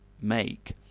make